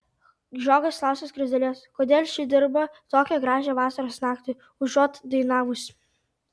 žiogas klausia skruzdėlės kodėl ši dirba tokią gražią vasaros naktį užuot dainavusi